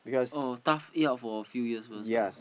oh tough it up for a few years first lah